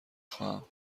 خواهم